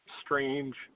strange